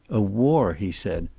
a war! he said.